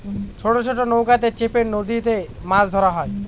ছোট ছোট নৌকাতে চেপে নদীতে মাছ ধরা হয়